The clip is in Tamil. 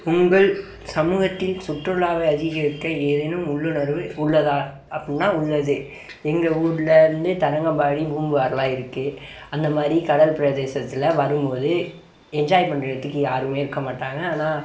உங்கள் சமூகத்தில் சுற்றுலாவை அதிகரிக்க ஏதேனும் உள்ளுணர்வு உள்ளதா அப்பிடின்னா உள்ளது எங்கள் ஊர்லேருந்து தரங்கம்பாடி பூம்புகார்லாம் இருக்கு அந்த மாதிரி கடல் பிரதேசத்தில் வரும்போது என்ஜாய் பண்ணுறத்துக்கு யாரும் இருக்க மாட்டாங்க ஆனால்